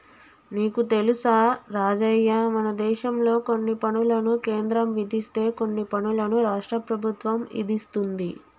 నీకు తెలుసా రాజయ్య మనదేశంలో కొన్ని పనులను కేంద్రం విధిస్తే కొన్ని పనులను రాష్ట్ర ప్రభుత్వం ఇదిస్తుంది